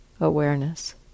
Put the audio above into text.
awareness